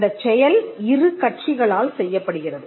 அந்தச் செயல் இரு கட்சிகளால் செய்யப்படுகிறது